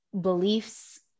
beliefs